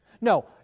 No